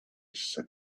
sat